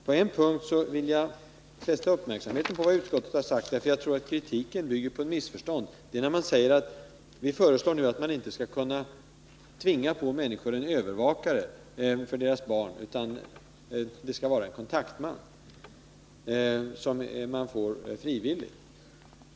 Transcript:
På en punkt vill jag fästa uppmärksamheten på vad utskottet har sagt; jag tror att kritiken bygger på ett missförstånd. Vi föreslår nu att man inte skall kunna tvinga på människor en övervakare för deras barn. Det skall vara en kontaktman, som man får frivilligt.